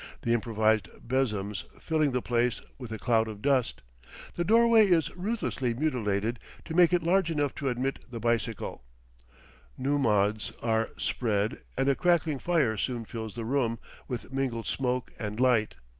the improvised besoms filling the place with a cloud of dust the doorway is ruthlessly mutilated to make it large enough to admit the bicycle nummuds are spread and a crackling fire soon fills the room with mingled smoke and light.